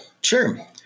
Sure